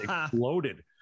exploded